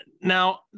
now